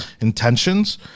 intentions